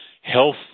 health